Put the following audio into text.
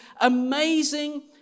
amazing